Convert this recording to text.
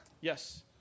Yes